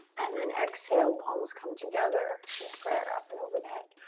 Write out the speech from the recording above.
and then exhale, palms come together in prayer up and over the head.